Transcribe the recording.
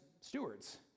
stewards